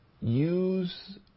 use